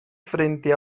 frente